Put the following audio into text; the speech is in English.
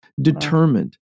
determined